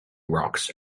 rocks